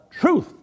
truth